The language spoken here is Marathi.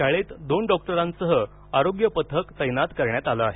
शाळेत दोन डॉक्टरांसह आरोग्य पथक तैनात करण्यात आलं आहे